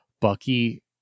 Bucky